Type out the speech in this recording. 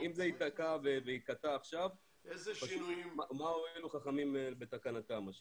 אם זה ייתקע וייקטע עכשיו מה הועילו חכמים בתקנתם מה שנקרא.